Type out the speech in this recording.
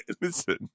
listen